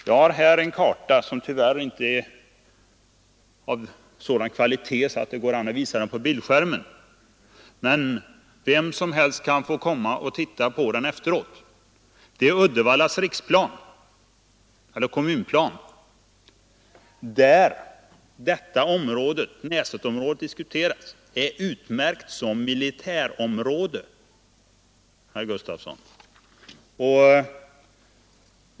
Jag har här en karta som tyvärr inte är av sådan kvalitet att det går an att visa den på bildskärmen, men vem som helst kan få komma och titta på den. Det är Uddevallas kommunplan. Där är Näsetområdet utmärkt som militärområde, herr Gustafsson.